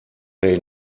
they